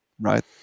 right